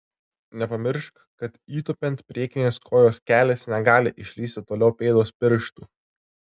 nepamiršk kad įtūpiant priekinės kojos kelis negali išlįsti toliau pėdos pirštų